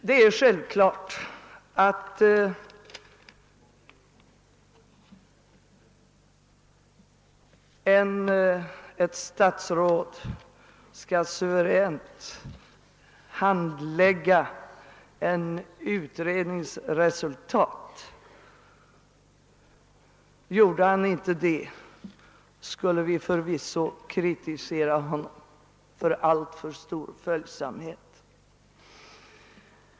Det är självklart att ett statsråd skall suveränt handlägga en utrednings resultat. Gjorde han inte det, skulle vi förvisso kritisera honom för alltför stor följsamhet.